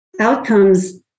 outcomes